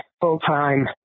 full-time